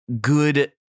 good